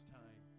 time